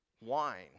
wine